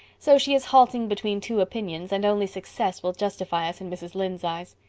so she is halting between two opinions and only success will justify us in mrs. lynde's eyes.